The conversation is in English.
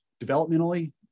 developmentally